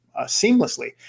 seamlessly